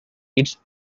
its